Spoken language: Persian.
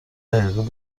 حقیقی